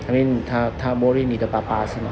I mean 她她 worry 你的爸爸是吗